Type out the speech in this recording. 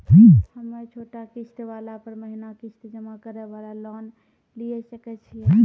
हम्मय छोटा किस्त वाला पर महीना किस्त जमा करे वाला लोन लिये सकय छियै?